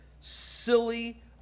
silly